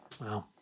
Wow